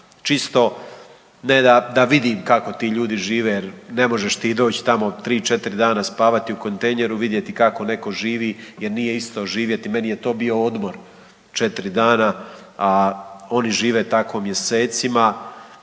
čisto ne da vidim kako ti ljudi žive jer ne možeš ti doć tamo tri, četiri dana spavati u kontejneru i vidjeti kako neko živi jer nije isto živjeti, meni je to bio odmor četiri dana, a oni žive tako mjesecima.